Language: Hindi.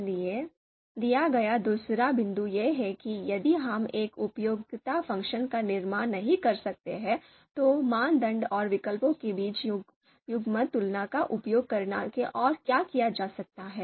इसलिए दिया गया दूसरा बिंदु यह है कि यदि हम एक उपयोगिता फ़ंक्शन का निर्माण नहीं कर सकते हैं तो मानदंड और विकल्पों के बीच युग्मक तुलनाओं का उपयोग करके और क्या किया जा सकता है